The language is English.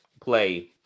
play